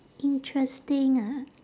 interesting ah